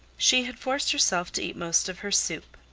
she had forced herself to eat most of her soup,